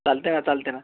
चालते ना चालते ना